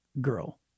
girl